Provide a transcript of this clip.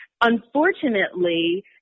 Unfortunately